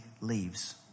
leaves